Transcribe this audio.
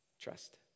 Trust